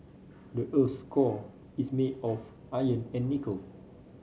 the earth's core is made of iron and nickel